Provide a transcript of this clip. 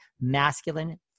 masculine